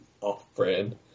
Off-brand